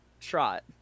trot